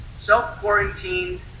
Self-quarantined